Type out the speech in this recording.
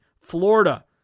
Florida